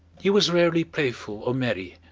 he was rarely playful or merry,